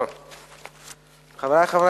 דוד אזולאי שאל את שר התחבורה והבטיחות